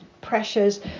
pressures